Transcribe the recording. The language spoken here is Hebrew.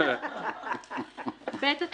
הצבעה בעד, פה אחד.